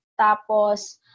Tapos